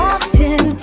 Often